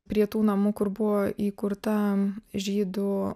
prie tų namų kur buvo įkurta žydų